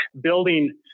building